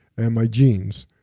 and my genes